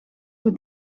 hoe